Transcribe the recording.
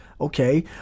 Okay